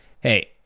Hey